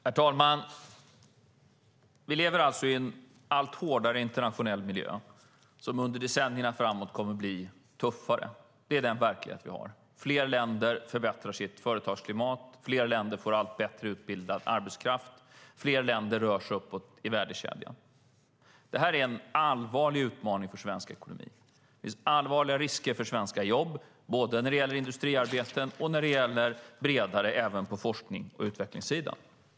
Herr talman! Vi lever i en allt hårdare internationell miljö, som under decennierna framöver kommer att bli tuffare. Det är den verklighet vi har. Fler länder förbättrar sitt företagsklimat. Fler länder får allt bättre utbildad arbetskraft. Fler länder rör sig uppåt i värdekedjan. Detta är en allvarlig utmaning för svensk ekonomi. Det finns allvarliga risker för svenska jobb, både när det gäller industriarbeten och när det gäller forsknings och utvecklingssidan.